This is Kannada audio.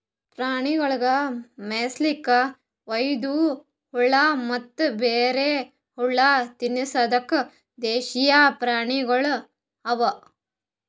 ಪ್ರಾಣಿಗೊಳಿಗ್ ಮೇಯಿಸ್ಲುಕ್ ವೈದು ಹುಲ್ಲ ಮತ್ತ ಬ್ಯಾರೆ ಹುಲ್ಲ ತಿನುಸದ್ ದೇಶೀಯ ಪ್ರಾಣಿಗೊಳ್ ಅವಾ